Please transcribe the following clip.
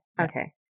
okay